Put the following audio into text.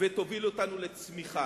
ותוביל אותנו לצמיחה.